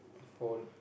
for